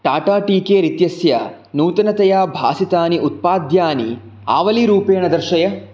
Tata tea care इत्यस्य नूतनतया भासितानि उत्पाद्यानि आवलीरूपेण दर्शय